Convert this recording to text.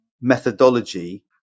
methodology